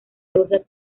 rosas